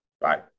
Bye